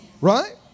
right